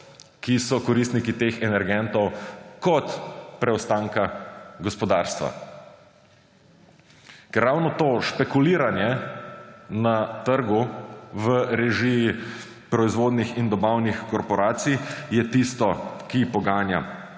ki so koristniki teh energentov, kot preostanka gospodarstva. Ker ravno to špekuliranje na trgu v režiji proizvodnih in dobavnih korporacij je tisto, ki poganja